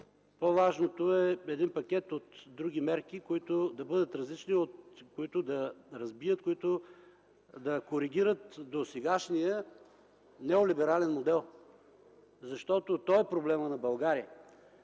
По-важното е един пакет от други мерки, които да бъдат различни, да разбият и коригират досегашния неолиберален модел, защото той е проблемът на България.